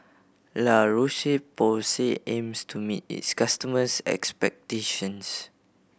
La Roche Porsay aims to meet its customers' expectations